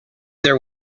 there